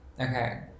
okay